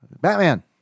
Batman